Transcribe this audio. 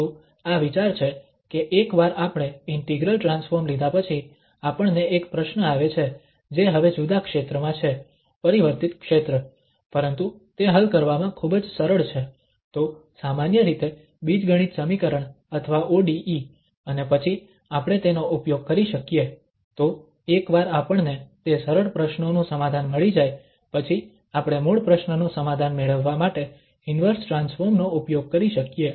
તો આ વિચાર છે કે એકવાર આપણે ઇન્ટિગ્રલ ટ્રાન્સફોર્મ લીધા પછી આપણને એક પ્રશ્ન આવે છે જે હવે જુદા ક્ષેત્રમાં છે પરિવર્તિત ક્ષેત્ર પરંતુ તે હલ કરવામાં ખૂબ જ સરળ છે તો સામાન્ય રીતે બીજગણિત સમીકરણ અથવા ODE અને પછી આપણે તેનો ઉપયોગ કરી શકીએ તો એકવાર આપણને તે સરળ પ્રશ્નોનું સમાધાન મળી જાય પછી આપણે મૂળ પ્રશ્નનું સમાધાન મેળવવા માટે ઇન્વર્સ ટ્રાન્સફોર્મ નો ઉપયોગ કરી શકીએ